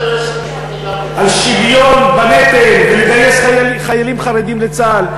על שוויון בנטל ועל גיוס חיילים חרדים לצה"ל,